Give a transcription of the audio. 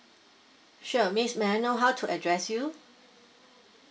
sure miss may I know how to address you